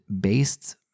based